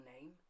name